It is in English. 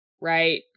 right